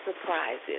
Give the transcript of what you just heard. surprises